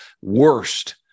Worst